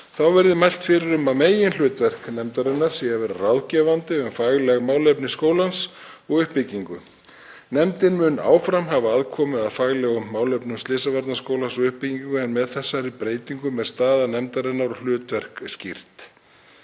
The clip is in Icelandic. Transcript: verði mælt fyrir um að meginhlutverk nefndarinnar sé að vera ráðgefandi um fagleg málefni skólans og uppbyggingu. Nefndin mun áfram hafa aðkomu að faglegum málefnum Slysavarnaskólans og uppbyggingu, en með þessari breytingu er staða nefndarinnar og hlutverk skýrt.